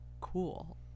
cool